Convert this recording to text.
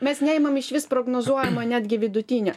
mes neimam išvis prognozuojamo netgi vidutinio